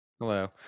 Hello